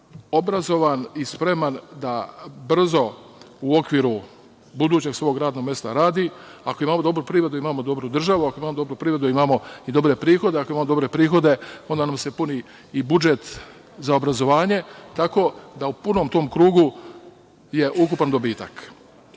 obrazovan i spreman da brzo, u okviru budućeg svog radnog mesta radi. Ako imamo dobru privredu, imamo dobru državu, ako imamo dobru privredu, imamo i dobre prihode, ako imamo dobre prihode, onda nam se puni i budžet za obrazovanje. Tako da, u tom punom krugu je ukupan dobitak. Nešto